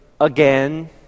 again